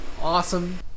awesome